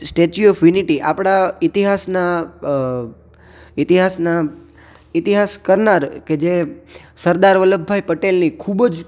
statue of Unity આપણા ઇતિહાસના ઇતિહાસના ઇતિહાસ કરનાર કે જે સરદાર વલ્લભભાઈ પટેલની ખૂબ જ